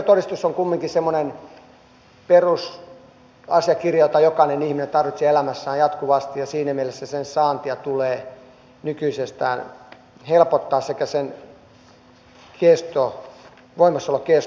henkilötodistus on kumminkin semmoinen perusasiakirja jota jokainen ihminen tarvitsee elämässään jatkuvasti ja siinä mielessä sen saantia tulee nykyisestään helpottaa sekä sen voimassaolon kestoa pidentää